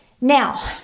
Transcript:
now